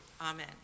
Amen